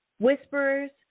Whisperers